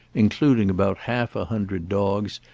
including about half a hundred dogs,